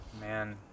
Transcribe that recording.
Man